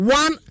one